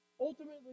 ultimately